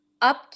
up